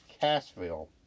Cassville